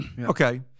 Okay